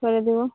করে দিবো